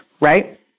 right